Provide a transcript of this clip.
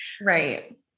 Right